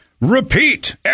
repeat